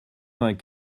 vingt